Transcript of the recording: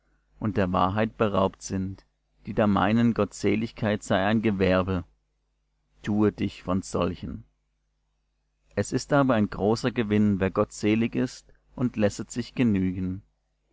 und der wahrheit beraubt sind die da meinen gottseligkeit sei ein gewerbe tue dich von solchen es ist aber ein großer gewinn wer gottselig ist und lässet sich genügen